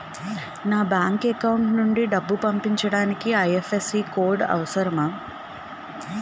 నా bank account నుంచి డబ్బు పంపించడానికి ఐ.ఎఫ్.ఎస్.సి కోడ్ అవసరమా?